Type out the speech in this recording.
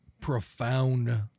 profound